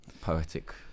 poetic